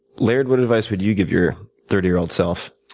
laird, what advice would you give your thirty year old self?